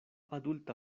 adulta